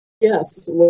Yes